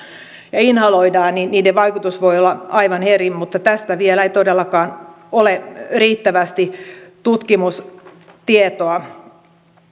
ja inhaloidaan niin niiden vaikutus voi olla aivan eri mutta tästä vielä ei todellakaan ole riittävästi tutkimustietoa